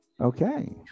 okay